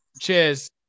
Cheers